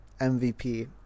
MVP